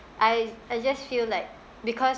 I I just feel like because